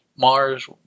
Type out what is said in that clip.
Mars